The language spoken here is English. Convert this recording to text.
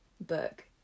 book